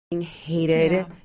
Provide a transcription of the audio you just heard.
hated